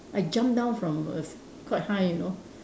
I jump down from a quite high you know